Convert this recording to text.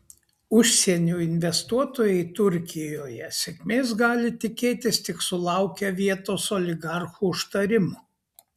užsienio investuotojai turkijoje sėkmės gali tikėtis tik sulaukę vietos oligarchų užtarimo